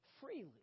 freely